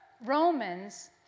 Romans